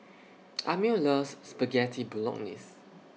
Amil loves Spaghetti Bolognese